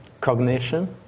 cognition